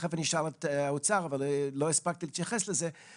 ותכף אני אשאל את האוצר אבל לא הספקתי להתייחס לזה,